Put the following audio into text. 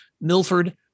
Milford